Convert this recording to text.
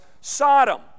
Sodom